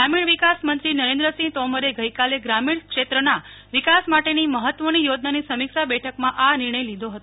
ગ્રામીણ વિકાસ મંત્રી નરેન્દ્રસિંહ તોમરે ગઈકાલે ગ્રામીણ ક્ષેત્રના વિકાસ માટેની મહત્વની યોજનાની સમીક્ષા બેઠકમાં આ નિર્ણય લીધો હતો